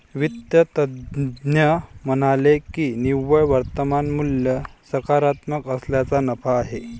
वित्त तज्ज्ञ म्हणाले की निव्वळ वर्तमान मूल्य सकारात्मक असल्यास नफा आहे